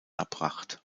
erbracht